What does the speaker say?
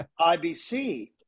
ibc